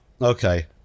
Okay